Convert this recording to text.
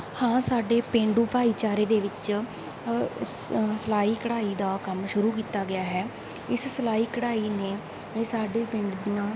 ਹਾਂ ਸਾਡੇ ਪੇਂਡੂ ਭਾਈਚਾਰੇ ਦੇ ਵਿੱਚ ਸਿਲਾਈ ਕਢਾਈ ਦਾ ਕੰਮ ਸ਼ੁਰੂ ਕੀਤਾ ਗਿਆ ਹੈ ਇਸ ਸਿਲਾਈ ਕਢਾਈ ਨੇ ਸਾਡੇ ਪਿੰਡ ਦੀਆਂ